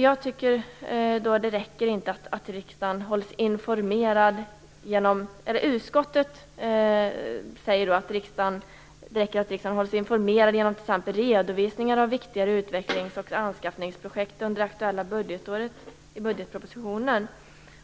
Jag tycker inte att det räcker att riksdagen hålls informerad genom t.ex. redovisningar av viktigare utvecklings och anskaffningsprojekt under det aktuella budgetåret i budgetpropositionen, vilket